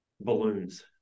balloons